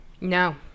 no